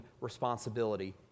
responsibility